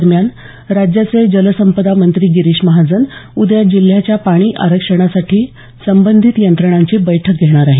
दरम्यान राज्याचे जलसंपदा मंत्री गिरीश महाजन उद्या जिल्ह्याच्या पाणी आरक्षणासाठी संबंधित यंत्रणांची बैठक घेणार आहेत